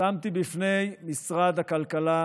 שמתי בפני משרד הכלכלה